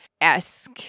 esque